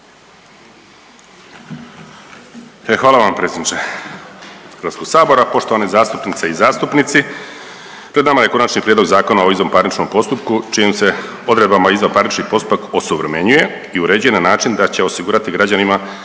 hvala vam predsjedniče HS-a, poštovane zastupnice i zastupnici. Pred nama je Konačni prijedlog Zakona o izvanparničnom postupku čijim se odredbama izvanparnični postupak osuvremenjuje i uređuje na način da će osigurati građanima